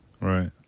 Right